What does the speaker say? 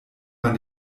man